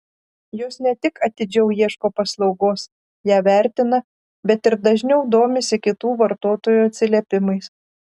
jos ne tik atidžiau ieško paslaugos ją vertina bet ir dažniau domisi kitų vartotojų atsiliepimais